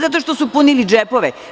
Zato što su punili džepove.